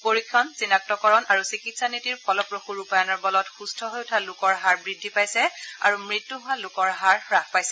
পৰীক্ষণ চিনাক্তকৰণ আৰু চিকিৎসা নীতিৰ ফলপ্ৰসু ৰূপায়ণৰ বলত সুম্থ হৈ উঠা লোকৰ হাৰ বৃদ্ধি পাইছে আৰু মৃত্যু হোৱা লোকৰ হাৰ হাস পাইছে